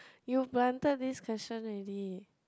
you planted this question ready